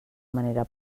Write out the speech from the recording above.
manera